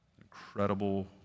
incredible